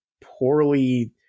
poorly